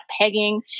pegging